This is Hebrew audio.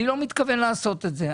אני לא מתכוון לעשות את זה.